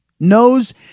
knows